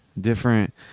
different